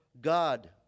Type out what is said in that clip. God